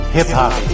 Hip-hop